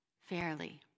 fairly